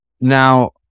Now